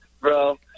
bro